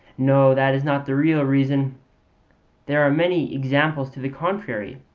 no, that is not the real reason there are many examples to the contrary.